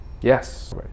yes